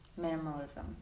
Minimalism